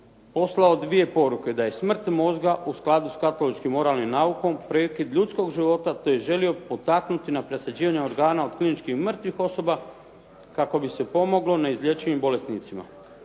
poslao dvije poruke: da je smrt mozga u skladu s katoličkim moralnim naukom, prekid ljudskog života te je želio potaknuti da presađivanje organa u klinički mrtvih osoba kako bi se pomoglo neizlječivim bolesnicima.